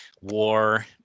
war